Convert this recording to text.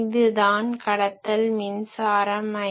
இதுதான் கடத்தல் மின்சாரம் ic